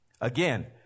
Again